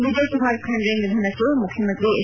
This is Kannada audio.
ವಿಜಯಕುಮಾರ್ ಖಂಡ್ರೆ ನಿಧನಕ್ಕೆ ಮುಖ್ಯಮಂತ್ರಿ ಎಚ್